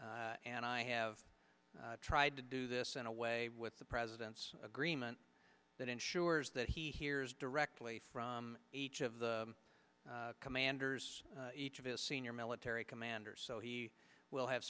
and i have tried to do this in a way with the president's agreement that ensures that he hears directly from each of the commanders each of his senior military commanders so he will have